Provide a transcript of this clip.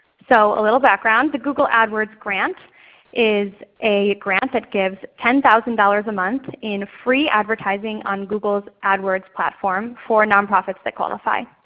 so a little background, the google adwords grant is a grant that gives ten thousand dollars a month in free advertising on google adwords platform for nonprofits that qualify.